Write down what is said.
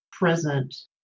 present